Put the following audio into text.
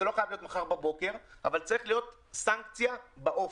זה לא חייב להיות מחר בבוקר ,אבל צריכה להיות סנקציה באופי.